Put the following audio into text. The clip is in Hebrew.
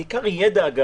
אגב בעיקר ידע,